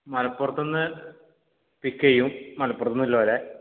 മലപ്പുറത്തൂന്ന് pick ചെയ്യും മലപ്പുറത്തൂന്നുള്ളവരെ